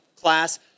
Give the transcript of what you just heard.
class